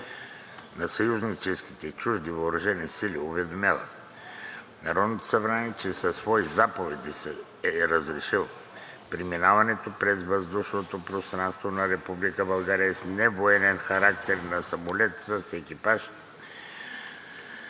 на съюзнически и чужди въоръжени сили уведомява Народното събрание, че със свои заповеди е разрешил: – преминаването през въздушното пространство на Република България с невоенен характер на самолет с екипаж